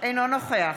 אינו נוכח